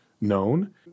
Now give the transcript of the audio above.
known